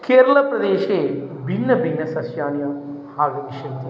केरलप्रदेशे भिन्न भिन्नसस्यानि आगमिष्यन्ति